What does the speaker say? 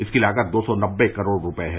इसकी लागत दो सौ नबे करोड़ रुपए है